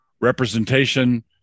representation